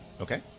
Okay